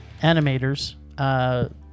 animators